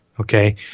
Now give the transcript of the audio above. okay